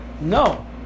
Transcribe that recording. No